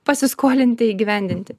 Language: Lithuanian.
pasiskolinti įgyvendinti